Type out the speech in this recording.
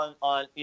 on